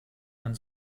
man